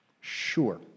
Sure